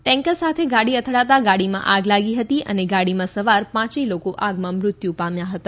tanker સાથે ગાડી અથડાતા ગાડીમાં આગ લાગી હતી અને ગાડીમાં સવાર પાંચેય લોકો આગમાં મૃત્યુ પામ્યા હતા